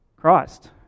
Christ